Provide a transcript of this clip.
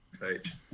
page